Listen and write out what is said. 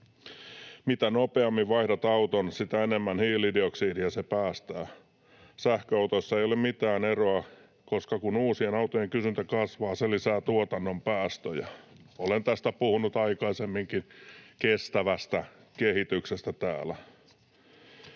Mitä nopeammin vaihdat auton, sitä enemmän hiilidioksidia se päästää. Sähköautoissa ei ole mitään eroa, koska kun uusien autojen kysyntä kasvaa, se lisää tuotannon päästöjä.” Olen tästä täällä puhunut aikaisemminkin, kestävästä kehityksestä.